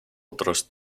otros